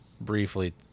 briefly